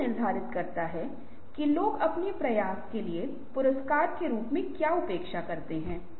यदि आपके पास विचार हैं तो आप अपने आप को प्रतिस्पर्धियों पर अलग कर सकते हैं